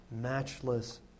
matchless